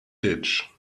ditch